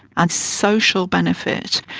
and social benefit.